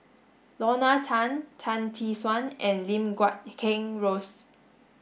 Lorna Tan Tan Tee Suan and Lim Guat Kheng Rosie